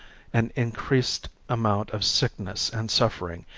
an increased amount of sickness and suffering,